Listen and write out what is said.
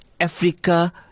africa